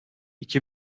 iki